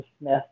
Smith